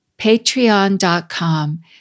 Patreon.com